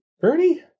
Bernie